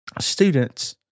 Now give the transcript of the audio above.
students